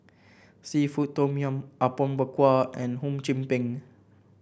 seafood Tom Yum Apom Berkuah and Hum Chim Peng